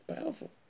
powerful